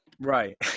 Right